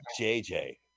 JJ